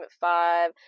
five